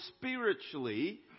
spiritually